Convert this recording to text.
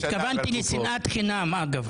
התכוונתי לשנאת חינם, אגב.